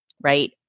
Right